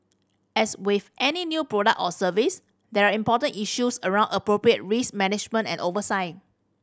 as with any new product or service there are important issues around appropriate risk management and oversight